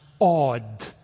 odd